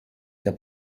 der